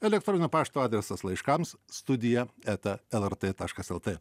elektroninio pašto adresas laiškams studija eta lrt taškas lt